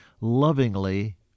Lovingly